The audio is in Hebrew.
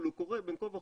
אבל הוא קורה בין כה וכה,